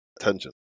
tangent